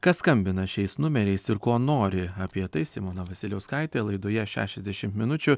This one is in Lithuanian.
kas skambina šiais numeriais ir ko nori apie tai simona vasiliauskaitė laidoje šešiasdešimt minučių